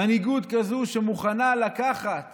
מנהיגות כזאת, שמוכנה לקחת